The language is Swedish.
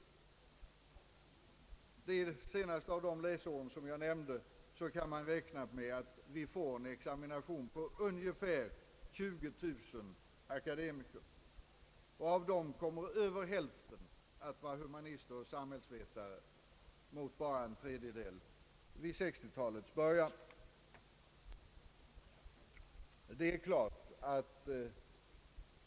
Under det senaste av de nämnda läsåren kan man räkna med en examination på ungefär 20000 akademiker. Av dem kommer över hälften att vara humanister och samhällsvetare mot bara en tredjedel vid 1960-talets början.